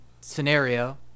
scenario